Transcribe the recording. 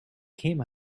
came